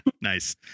Nice